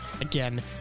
again